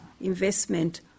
investment